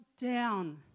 down